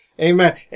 Amen